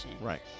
Right